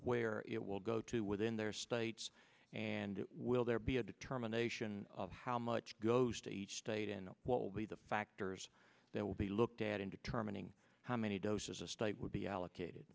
where it will go to within their states and will there be a determination of how much goes to each state and what will be the factors that will be looked at in determining how many doses a state would be allocated